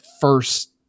first